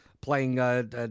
playing